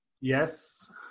Yes